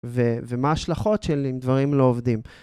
ומה ההשלכות של אם דברים לא עובדים.